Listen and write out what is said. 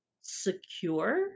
secure